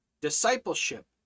discipleship